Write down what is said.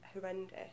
horrendous